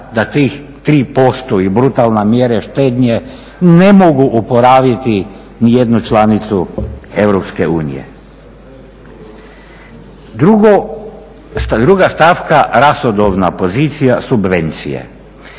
da tih 3% i brutalne mjere štednje ne mogu oporaviti nijednu članicu EU. Druga stavka, rashodovna pozicija subvencije.